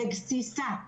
אלא בגסיסה.